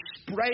spray